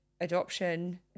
adoption